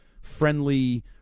friendly